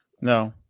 No